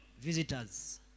Visitors